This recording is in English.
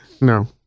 no